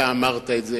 אתה אמרת את זה.